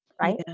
Right